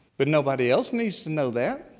but nobody else needs to know that.